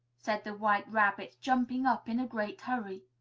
said the white rabbit, jumping up in a great hurry.